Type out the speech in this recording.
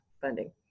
funding